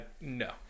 No